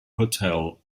hotel